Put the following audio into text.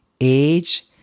age